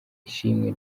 ishimwe